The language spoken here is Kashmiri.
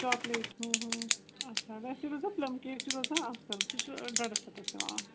چاکلیٹ اچھا ویسے روزیو پٕلم کیک چھِ روزان اصٕل سُہ چھُ ڈۄڈس ہتس یِوان اکھ